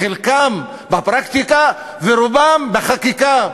חלקם בפרקטיקה ורובם בחקיקה?